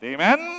Amen